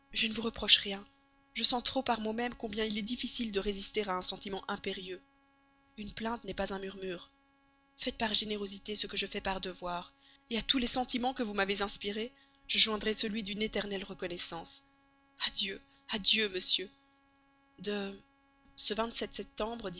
je ne vous reproche rien je sens trop par moi-même combien il est difficile de résister à un sentiment impérieux une plainte n'est pas un murmure faites par générosité ce que je fais par devoir à tous les sentiments que vous m'avez inspirés je joindrai celui d'une éternelle reconnaissance adieu adieu monsieur de ce